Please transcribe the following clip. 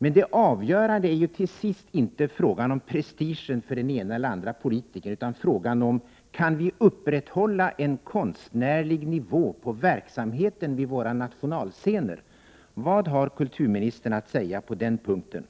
Men det avgörande är ju till sist inte prestigen för den ena eller andra politikern, utan frågan är: Kan vi upprätthålla en konstnärlig nivå på verksamheten vid våra nationalscener? Vad har kulturministern att säga på den punkten?